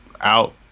out